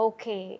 Okay